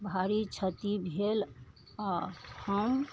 भारी क्षति भेल आ हम